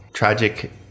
Tragic